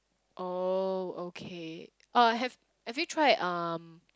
oh okay uh have have you tried um